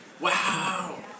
Wow